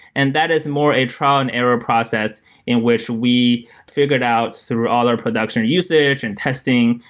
and that is more a trial and error process in which we figured out through all our production and usage and testing,